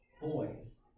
boys